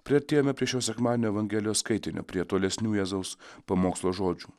priartėjome prie šio sekmadienio evangelijos skaitinio prie tolesnių jėzaus pamokslo žodžių